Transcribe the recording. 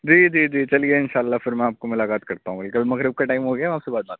جی جی جی چلیے انشاء اللہ پھر میں آپ کو ملاقات کرتا ہوں مغرب کا ٹائم ہو گیا سے بات بات ہے